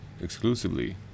exclusively